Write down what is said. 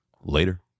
Later